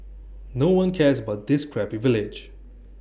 no one cares about this crappy village